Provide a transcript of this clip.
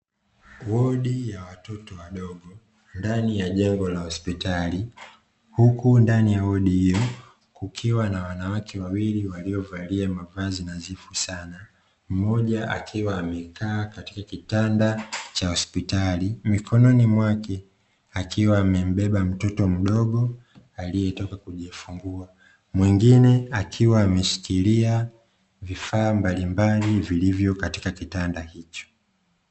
Wodi ya watoto wadogo ndani ya ndani ya jengo la hospitali, huku ndani ya wodi hiyo kukiwa na wanawake wawili waliovalia mavazi nadhifu sana, mmoja akiwa amekaa katika kitanda cha hospitali, mikononi mwake akiwa amembeba mtoto mdogo aliyetoka kujifungua. Mwingine akiwa ameshikilia vifaa mbalimbali vilivyo katika kitanda hicho.